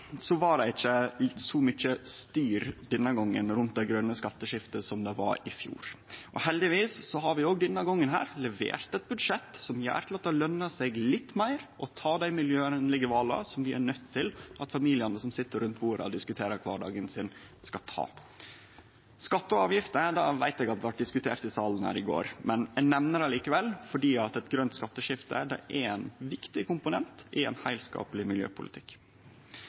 det denne gongen ikkje så mykje styr rundt det grøne skatteskiftet som det var i fjor. Og heldigvis har vi òg denne gongen levert eit budsjett som gjer at det løner seg litt meir å ta dei miljøvenlege vala som det er nødvendig at familiane som sit rundt bordet og diskuterer kvardagen sin, tek. Skattar og avgifter veit eg blei diskuterte i salen her i går, men eg nemner det likevel, fordi eit grønt skatteskifte er ein viktig komponent i ein heilskapleg miljøpolitikk.